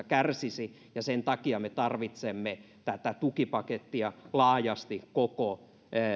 kärsisi ja sen takia me tarvitsemme tätä tukipakettia laajasti koko